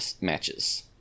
matches